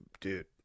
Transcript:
dude